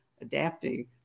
adapting